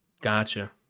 Gotcha